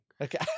Okay